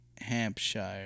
Hampshire